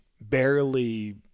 barely